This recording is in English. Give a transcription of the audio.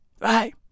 Right